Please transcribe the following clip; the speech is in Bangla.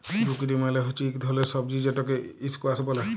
জুকিলি মালে হচ্যে ইক ধরলের সবজি যেটকে ইসকোয়াস ব্যলে